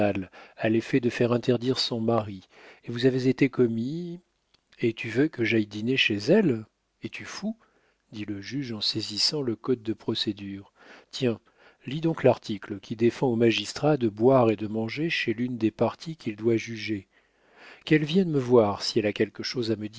à l'effet de faire interdire son mari et vous avez été commis et tu veux que j'aille dîner chez elle es-tu fou dit le juge en saisissant le code de procédure tiens lis donc l'article qui défend au magistrat de boire et de manger chez l'une des parties qu'il doit juger qu'elle vienne me voir si elle a quelque chose à